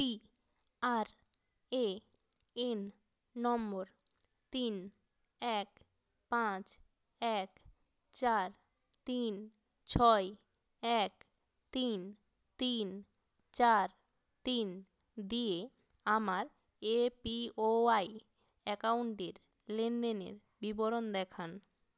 P R A N number তিন এক পাঁচ এক চার তিন ছয় এক তিন তিন চার তিন দিয়ে আমার এ পি ওয়াই অ্যাকাউন্টের লেনদেনের বিবরণ দেখান